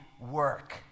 work